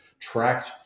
Tracked